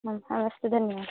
ह ह अस्तु धन्यवादः